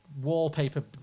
wallpaper